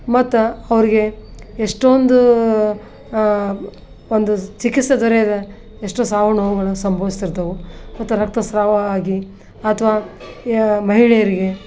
ಮತ್ತು ಅವರಿಗೆ ಎಷ್ಟೊಂದು ಒಂದು ಚಿಕಿತ್ಸೆ ದೊರೆಯದ ಎಷ್ಟೋ ಸಾವು ನೋವುಗಳು ಸಂಭವಿಸ್ತಿರ್ತವೆ ಮತ್ತು ರಕ್ತಸ್ರಾವ ಆಗಿ ಅಥವಾ ಮಹಿಳೆಯರಿಗೆ